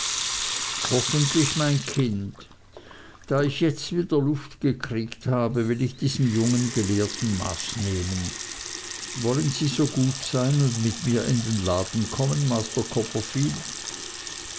hoffentlich mein kind da ich jetzt wieder luft gekriegt habe will ich diesem jungen gelehrten maß nehmen wollen sie so gut sein und mit mir in den laden kommen